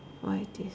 what is this